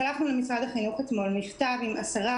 שלחנו אתמול מכתב על הסוגיה הזאת למשרד החינוך ביחד עם עשרה